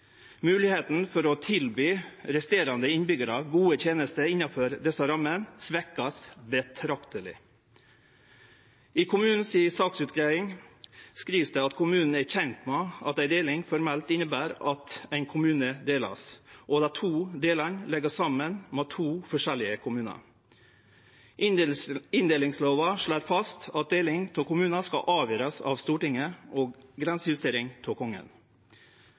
for å tilby resterande innbyggjarar gode tenester innanfor desse rammene vert betrakteleg svekte. I saksutgreiinga frå kommunen står det at kommunen er kjend med at ei deling formelt inneber at ein kommune vert delt og dei to delane lagde til to forskjellige kommunar. Inndelingslova slår fast at deling av kommunar skal avgjerast av Stortinget og grensejustering av Kongen.